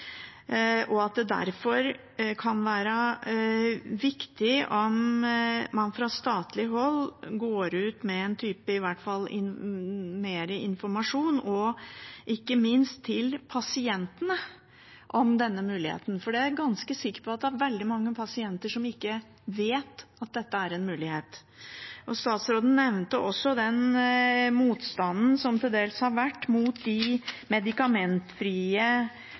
og at det derfor kan være viktig om man fra statlig hold går ut med mer informasjon, ikke minst til pasientene, om denne muligheten. Jeg er ganske sikker på at det er veldig mange pasienter som ikke vet at dette er en mulighet. Statsråden nevnte også den motstanden som til dels har vært mot de medikamentfrie